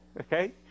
Okay